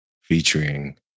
featuring